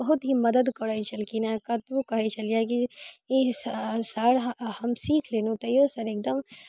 बहुत ही मदति करै छलखिन हँ कतबो कहै छलियै की ई सर हम सीख लेलहुँ तैयो सर एकदम